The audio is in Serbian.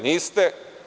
Niste.